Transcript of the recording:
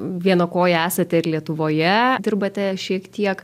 viena koja esate ir lietuvoje dirbate šiek tiek